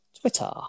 Twitter